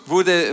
Wurde